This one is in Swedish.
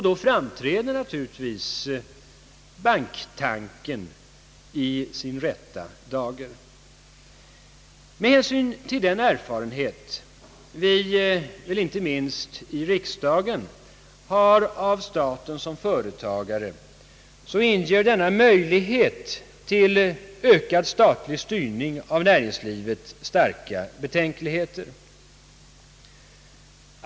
Då framträder naturligtvis banktanken i sin rätta dager. Med hänsyn till den erfarenhet vi inte minst i riksdagen har av staten som företagare inger denna möjlighet till ökad statlig styrning av näringslivet starka betänkligheter.